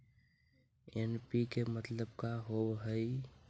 NPK मतलब का होव हइ?